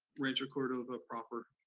rancho cordova proper.